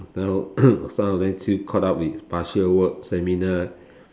now some of them still caught up with partial work seminar